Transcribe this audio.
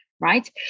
right